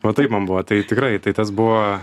va taip man buvo tai tikrai tai tas buvo